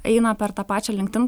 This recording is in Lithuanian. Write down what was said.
eina per tą pačią linktdin